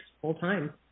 full-time